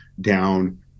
down